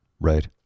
Right